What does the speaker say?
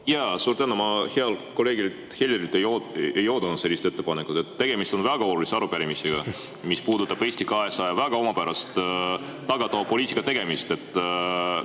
palun! Suur tänu! Ma healt kolleegilt Helirilt ei oodanud sellist ettepanekut. Tegemist on väga olulise arupärimisega, mis puudutab Eesti 200 väga omapärast tagatoapoliitika tegemist.